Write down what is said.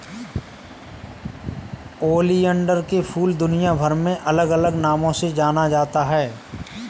oleander के फूल दुनियाभर में अलग अलग नामों से जाना जाता है